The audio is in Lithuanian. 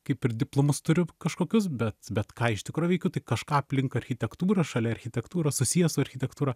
kaip ir diplomus turiu kažkokius bet bet ką iš tikro veikiu tai kažką aplink architektūrą šalia architektūros susiję su architektūra